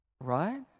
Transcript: Right